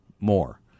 more